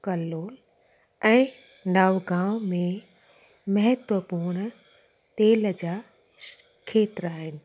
कल्लो ऐं नवगांव में महत्वपूर्ण तेल जा श खेत्र आहिनि